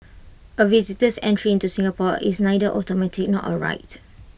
A visitor's entry into Singapore is neither automatic nor A right